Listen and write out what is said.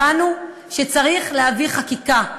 הבנו שצריך להביא חקיקה,